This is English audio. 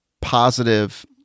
positive